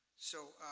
so